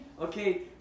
okay